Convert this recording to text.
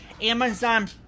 Amazon